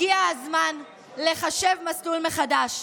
הגיע הזמן לחשב מסלול מחדש.